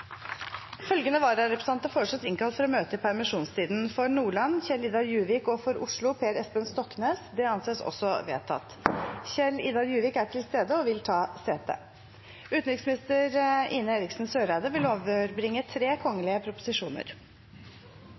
Følgende vararepresentanter foreslås innkalt for å møte i permisjonstiden: For Nordland: Kjell-Idar Juvik For Oslo: Per Espen Stoknes – Det anses også vedtatt. Kjell-Idar Juvik er til stede og vil ta sete.